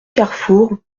carrefours